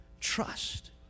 trust